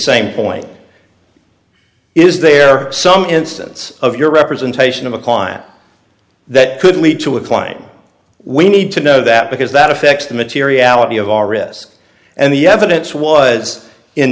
same point is there some instance of your representation of a client that could lead to a climb we need to know that because that affects the materiality of all risks and the evidence was in